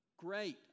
great